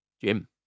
Jim